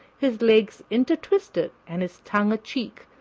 his legs intertwisted and his tongue a-cheek,